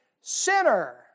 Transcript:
Sinner